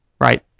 Right